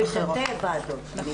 בתתי ועדות.